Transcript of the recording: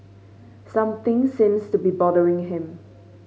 something seems to be bothering him